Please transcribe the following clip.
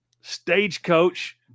stagecoach